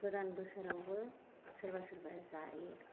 गोदान बोसोरावबो सोरबा सोरबाया जायो